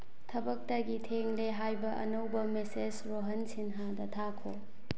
ꯊꯕꯛꯇꯒꯤ ꯊꯦꯡꯂꯦ ꯍꯥꯏꯕ ꯑꯅꯧꯕ ꯃꯦꯁꯦꯖ ꯔꯣꯍꯟ ꯁꯤꯟꯍꯥꯗ ꯊꯥꯈꯣ